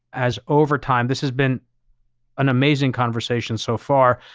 as over time. this has been an amazing conversation so far.